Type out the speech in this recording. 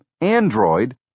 Android